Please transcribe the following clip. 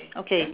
okay